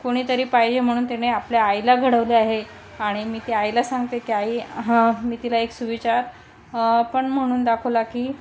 कोणीतरी पाहिजे म्हणून ते आपल्या आईला घडवले आहे आणि मी ती आईला सांगते की आई हा मी तिला एक सुविचार पण म्हणून दाखवला की